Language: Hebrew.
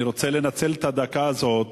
אני רוצה לנצל את הדקה הזאת